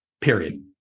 period